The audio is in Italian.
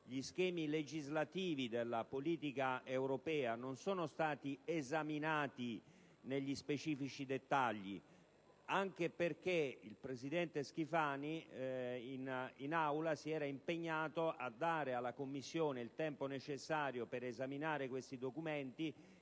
gli schemi legislativi della politica europea non sono stati esaminati negli specifici dettagli, anche perché il presidente Schifani si era impegnato in Aula a concedere alla Commissione il tempo necessario per esaminare tali documenti